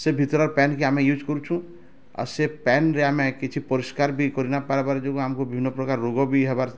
ସେ ଭିତରର୍ ପାଏନ୍କେ ଆମେ ୟୁଜ୍ କରୁଛୁଁ ଆଉ ସେ ପାଏନ୍ରେ ଆମେ କିଛି ପରିଷ୍କାର୍ ବି କରି ନାଇଁ ପାର୍ବାର୍ ଯୋଗୁଁ ଆମ୍କୁ ବିଭିନ୍ନ ପ୍ରକାର ରୋଗ ବି ହେବାର୍